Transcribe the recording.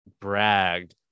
bragged